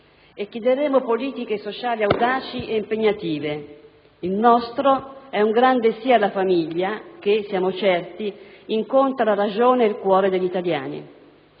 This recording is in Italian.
«E chiederemo politiche sociali audaci e impegnative. Il nostro è un grande sì alla famiglia che, siamo certi, incontra la ragione e il cuore degli italiani».